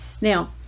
Now